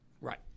Right